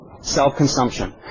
Self-consumption